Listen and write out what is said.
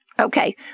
Okay